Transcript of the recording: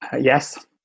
Yes